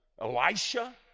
Elisha